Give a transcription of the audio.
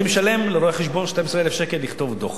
לשלם לרואה-חשבון 12,000 לכתוב דוח.